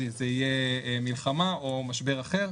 אם זו תהיה מלחמה או משבר אחר,